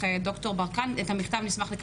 בעיקרון המצב אצלנו במכבי הוא שאנחנו עושים את